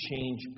change